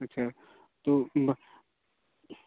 अच्छा तो